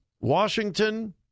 Washington